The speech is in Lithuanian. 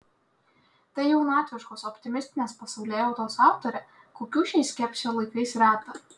tai jaunatviškos optimistinės pasaulėjautos autorė kokių šiais skepsio laikais reta